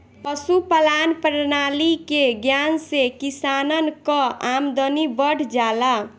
पशुपालान प्रणाली के ज्ञान से किसानन कअ आमदनी बढ़ जाला